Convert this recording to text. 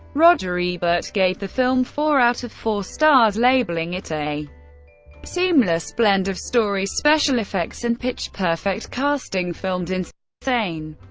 roger ebert gave the film four out of four stars, labeling it a seamless blend of story, special effects and pitch-perfect casting, filmed in sane,